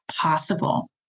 possible